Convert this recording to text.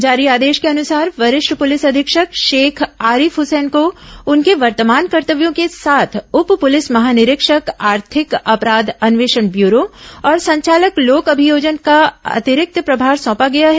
जारी आदेश के अनुसार वरिष्ठ पुलिस अधीक्षक शेख आरिफ हुसैन को उनके वर्तमान कर्तव्यों के साथ उप पुलिस महानिरीक्षक आर्थिक अपराध अन्वेषण ब्यूरो और संचालक लोक अभियोजन का अतिरिक्त प्रभार सौंपा गया है